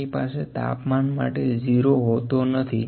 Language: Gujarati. આપણી પાસે તાપમાન માટે 0 હોતો નથી